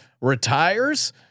retires